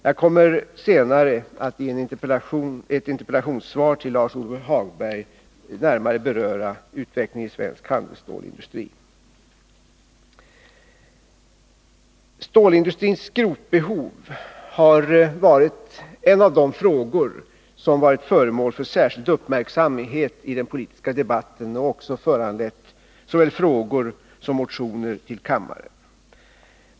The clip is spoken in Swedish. Jag kommer att i ett interpellationssvar till Lars-Ove Hagberg närmare beröra utvecklingen av den svenska handelsstålsindustrin. Stålindustrins skrotbehov är en av de frågor som varit föremål för särskild uppmärksamhet i den politiska debatten och som också föranlett såväl frågor som motioner i kammaren.